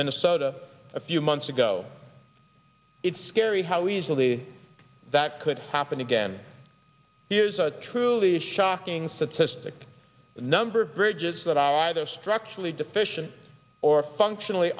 minnesota a few months ago it's scary how easily that could happen again here's a truly shocking statistic the number of bridges that are either structurally deficient or functionally